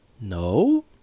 No